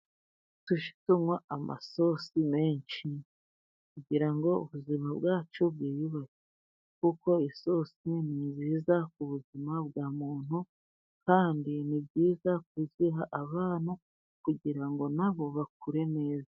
Tujye tunywa amasosi menshi kugira ngo ubuzima bwacu bwiyubake, kuko isosi ni nziza ku buzima bwa muntu, kandi ni byiza kuziha abana kugira ngo na bo bakure neza.